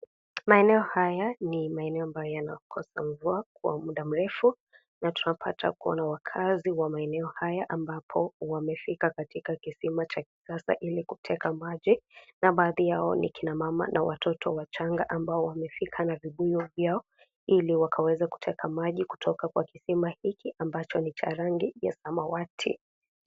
Maenei haya ni maeneo ambayo yamekosa mvua kwa mda mrefu na tunapata kuwa na waakazi wa maeneo haya ambapo wamefika katika kisima cha kikasa ili kuteka maji na baadhi yao ni wakina mama na watoto wachanga ambao wamefika na vibuyu vyao ili wakaweze kuteka maji kutoka kisima hiki amacho ni cha rangi wa samawati.